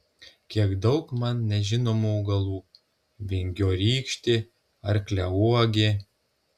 kiek daug man nežinomų augalų vingiorykštė arkliauogė